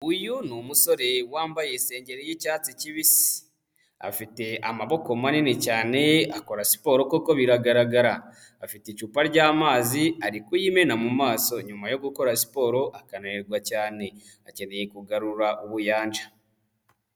Uyu ni umusore wambaye isengeri y'icyatsi kibisi. Afite amaboko manini cyane, akora siporo koko biragaragara. Afite icupa ry'amazi ari kuyimena mu maso nyuma yo gukora siporo akananirwa cyane. Akeneye kugarura ubuyanja.